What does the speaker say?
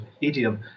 idiom